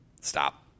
Stop